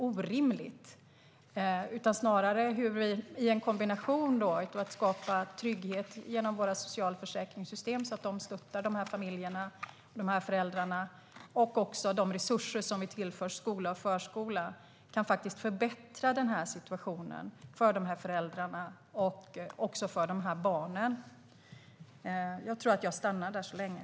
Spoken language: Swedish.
Vi ska snarare skapa trygghet, så att man kan stötta de här föräldrarna, genom en kombination av våra socialförsäkringssystem och de resurser som vi tillför skola och förskola. Det kan förbättra situationen för föräldrarna och barnen.